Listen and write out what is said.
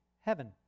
heaven